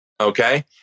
Okay